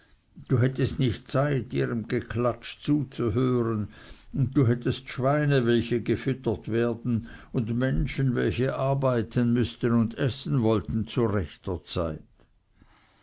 du hättest nicht zeit ihrem geklatsch zuzuhören du hättest schweine welche gefüttert werden und menschen welche arbeiten müßten und essen wollten zu rechter zeit